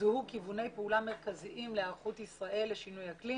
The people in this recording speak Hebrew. זוהו כיווני פעולה מרכזיים להיערכות ישראל לשינוי אקלים